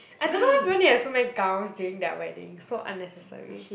I don't know why people need to have so many gowns during their wedding so unnecessary